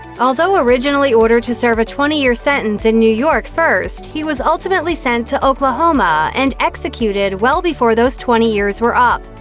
although originally ordered to serve a twenty year sentence in new york first, he was ultimately ultimately sent to oklahoma and executed well before those twenty years were up.